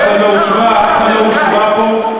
עכשיו אף אחד לא הושווה פה.